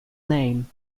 name